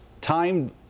time